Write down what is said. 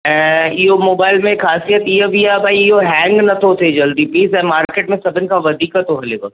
ऐं इहा मोबाइल में ख़ासियत इहा बि आहे भई इहो हेंग नथो थिए जल्दी पीस ऐं मार्केट में सभिनी खां वधीक थो हलेव